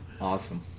Awesome